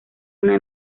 una